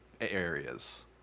areas